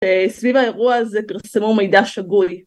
סביב האירוע הזה פרסמו מידע שגוי.